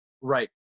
Right